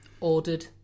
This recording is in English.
ordered